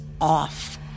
off